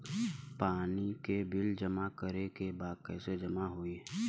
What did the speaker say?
पानी के बिल जमा करे के बा कैसे जमा होई?